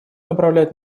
направлять